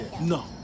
No